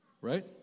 Right